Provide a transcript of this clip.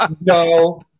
no